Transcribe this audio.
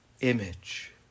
image